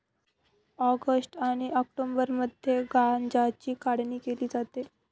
August आणि ऑक्टोबरमध्ये गांज्याची काढणी केली जाते